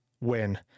win